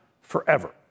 Forever